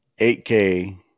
8K